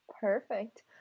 Perfect